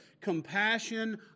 compassion